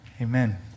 Amen